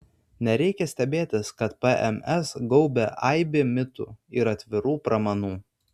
nereikia stebėtis kad pms gaubia aibė mitų ir atvirų pramanų